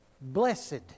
Blessed